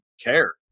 care